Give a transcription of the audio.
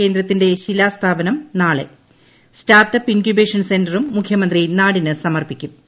കേന്ദ്രത്തിന്റെ ശിലാസ്ഥാപനം നാളെ സ്റ്റാർട്ട് അപ്പ് ഇൻക്യൂബേഷൻ സെന്ററും മുഖ്യമന്ത്രി നാടിന് സമർപ്പിക്കും